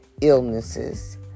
illnesses